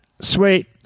Sweet